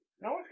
No